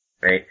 Right